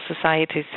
societies